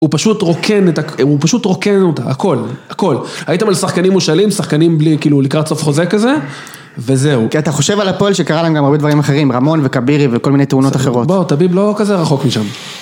הוא פשוט רוקן את הכל, הוא פשוט רוקן אותה, הכל, הכל. הייתם על שחקנים מושאלים, שחקנים בלי, כאילו, לקראת סוף חוזה כזה, וזהו. כי אתה חושב על הפועל שקרה להם גם הרבה דברים אחרים, רמון וקבירי וכל מיני תאונות אחרות. בוא, תביב לא כזה רחוק משם.